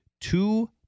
two